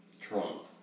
Trump